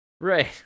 Right